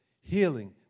Healing